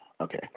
Okay